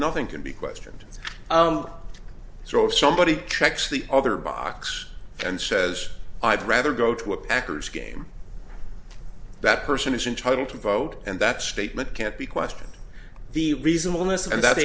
nothing can be questioned throw somebody treacly over box and says i'd rather go to a packers game that person is entitled to vote and that statement can't be questioned the reasonableness and that's